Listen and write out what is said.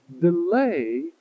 delay